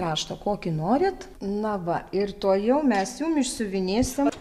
raštą kokį norit na va ir tuojau mes jum išsiuvinėsim